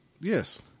Yes